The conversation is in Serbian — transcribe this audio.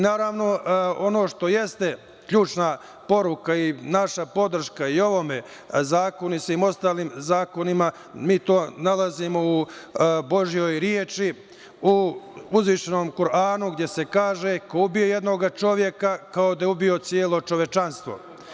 Naravno, ono što jeste ključna poruka i naša podrška i ovome zakonu i svim ostalim zakonima, mi to nalazimo u Božijoj reči, u uzvičnom Kuranu gde se kaže – ko ubije jednoga čoveka kao da je ubio celo čovečanstvo.